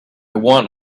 want